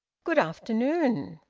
good afternoon!